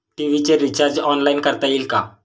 TV चे recharge online करता येईल का?